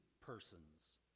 persons